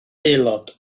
aelod